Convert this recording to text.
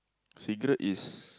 cigarette is